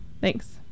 Thanks